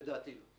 לדעתי לא.